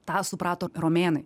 tą suprato romėnai